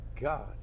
God